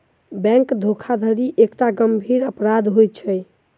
bank धोखाधड़ी एकटा गंभीर अपराध होइत अछि